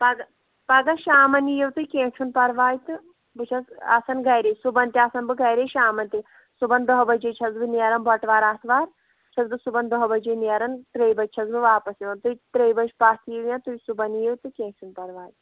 پگہٕ پگاہ شامَن یِیِو تُہۍ کیٚنٛہہ چھُنہٕ پَرواے تہٕ بہٕ چھَس آسان گَرے صُبحَن تہِ آسَن بہٕ گَرے شامَن تہِ صُبحَن دَہ بَجے چھَس بہٕ نیران بَٹہٕ وارٕ اَتھ وار چھَس بہٕ صُبحَن دَہ بَجے نیران ترٛیٚیہِ بَجہِ چھَس بہٕ واپَس یِوان تُہۍ ترٛیٚیہِ بَجہِ پَتھ یِیِو یا تُہۍ صُبحَن یِیِو تہٕ کیٚنٛہہ چھُنہٕ پَرواے